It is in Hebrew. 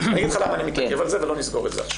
על זה ולא נסגור את זה עכשיו.